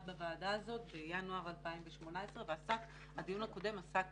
בוועדה הזאת בינואר 2018. הדיון הקודם עסק